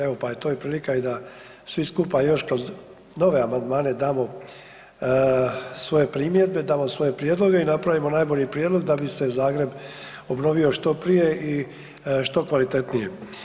Evo, pa je to i prilika i da svi skupa još kroz nove amandmane damo svoje primjedbe, damo svoje prijedloge i napravimo najbolji prijedlog da bi se Zagreb obnovio što prije i što kvalitetnije.